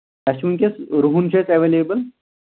اَسہِ چھُ وٕنۍکٮ۪س رُہَن چھُ اَسہِ اٮ۪ویلیبٕل